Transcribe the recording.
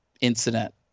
incident